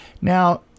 Now